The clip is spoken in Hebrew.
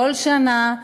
כל שנה,